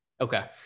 okay